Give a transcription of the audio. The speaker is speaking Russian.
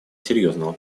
серьезного